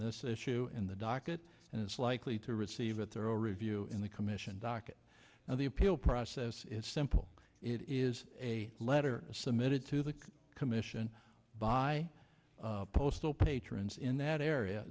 this issue in the docket and is likely to receive at their own review in the commission docket now the appeal process is simple it is a letter submitted to the commission by postal patrons in that area